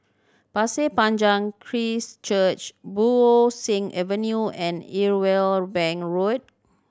Pasir Panjang Christ Church Bo Seng Avenue and Irwell Bank Road